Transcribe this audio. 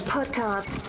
Podcast